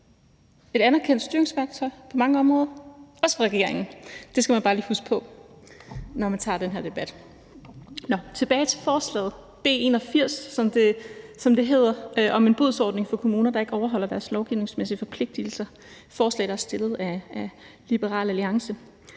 et anerkendt styringsværktøj, på mange områder, også for regeringen. Det skal man bare lige huske på, når man tager den her debat. Tilbage til forslaget B 81, som det hedder, om en bodsordning for kommuner, der ikke overholder deres lovgivningsmæssige forpligtelser: Det er et forslag, som er fremsat af Liberal Alliance,